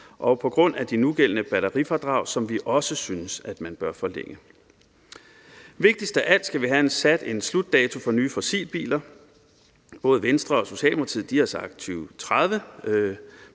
og på grund af de nugældende batterifradrag, som vi også synes man bør forlænge. Vigtigst af alt skal vi have sat en slutdato for nye fossilbiler. Både Venstre og Socialdemokratiet har sagt 2030,